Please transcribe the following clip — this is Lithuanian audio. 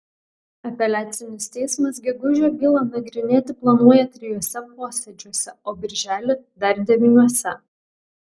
apeliacinis teismas gegužę bylą nagrinėti planuoja trijuose posėdžiuose o birželį dar devyniuose